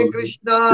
Krishna